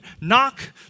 knock